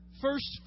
first